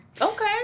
Okay